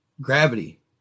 gravity